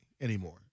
anymore